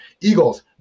Eagles